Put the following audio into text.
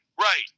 right